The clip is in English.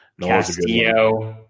Castillo